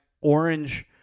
orange